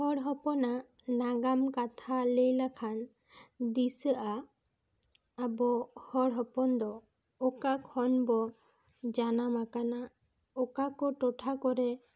ᱦᱚᱲ ᱦᱚᱯᱚᱱᱟᱜ ᱱᱟᱜᱟᱢ ᱠᱟᱛᱷᱟ ᱞᱟᱹᱭ ᱞᱮᱠᱷᱟᱱ ᱫᱤᱥᱟᱹᱜᱼᱟ ᱟᱵᱚ ᱦᱚᱲ ᱦᱚᱯᱚᱱ ᱫᱚ ᱚᱠᱟ ᱠᱷᱚᱱ ᱵᱚ ᱡᱟᱱᱟᱢ ᱟᱠᱟᱱᱟ ᱚᱠᱟ ᱠᱚ ᱴᱚᱴᱷᱟ ᱠᱚᱨᱮ